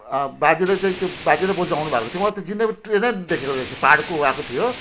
बाजेले चाहिँ त्यो बाजे र बोजू आउनुभएको थियो मैले त जिन्दगीभर ट्रेनै देखेको रहेनछु पाहाडको आएको थियो